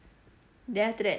then after that